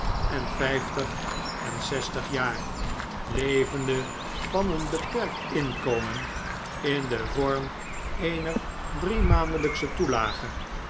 en vjjftig en zestig jaar levende van een beperkt inkomen in den vorm eener driemaandelyksehe toelage